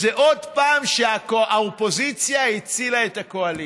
זה עוד פעם שהאופוזיציה הצילה את הקואליציה.